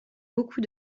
beaucoup